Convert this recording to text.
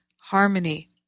harmony